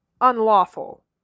unlawful